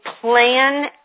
plan